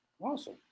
awesome